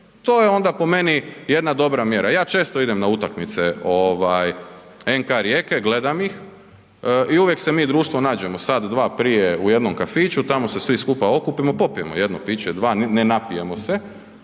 to je onda po meni jedna dobra mjera. Ja često idem na utakmice ovaj NK Rijeka i gledam ih i uvijek se mi društvo nađemo sat dva prije u jednom kafiću, tamo se svi skupa okupimo, popijemo jedno piće, dva, ne napijemo se,